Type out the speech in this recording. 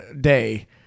day